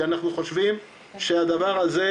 כי אנחנו חושבים שהדבר הזה,